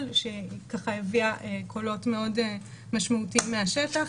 שהביאה קולות מאוד משמעותיים מהשטח,